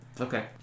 Okay